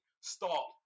Stop